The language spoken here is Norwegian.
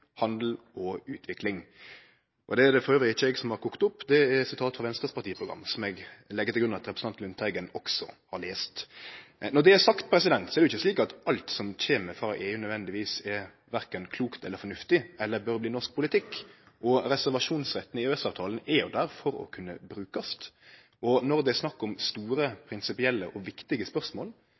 handel og utvikling.» Det er det elles ikkje eg som har kokt opp. Det er eit sitat frå Venstre sitt partiprogram, som eg legg til grunn at representanten Lundteigen også har lese. Når det er sagt, er det jo ikkje slik at alt som kjem frå EU, nødvendigvis er verken klokt eller fornuftig, eller bør bli norsk politikk, og reservasjonsretten i EØS-avtalen er jo der for å kunne bli brukt. Når det er snakk om store, prinsipielle og viktige spørsmål,